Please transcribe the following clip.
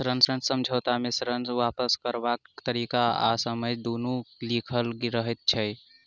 ऋण समझौता मे ऋण वापस करबाक तरीका आ समय दुनू लिखल रहैत छै